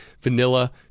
vanilla